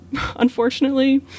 unfortunately